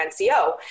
NCO